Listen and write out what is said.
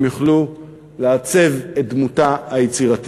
כדי שיוכלו לעצב את דמותה היצירתית.